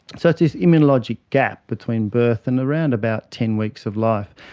so it's this immunologic gap between birth and around about ten weeks of life,